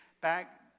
back